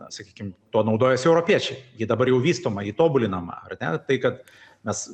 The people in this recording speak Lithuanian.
na sakykim tuo naudojasi europiečiai ji dabar jau vystoma ji tobulinama ar ne tai kad mes